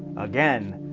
again,